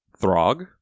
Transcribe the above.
Throg